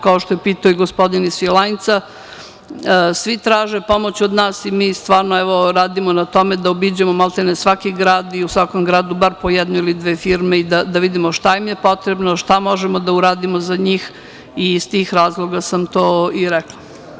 Kao što je pitao i gospodin iz Svilajnca, svi traže pomoć od nas i mi stvarno radimo na tome da obiđemo maltene svaki grad i u svakom gradu bar po jednu ili dve firme i da vidimo šta im je potrebno, šta možemo da uradimo za njih i iz tih razloga sam to i rekla.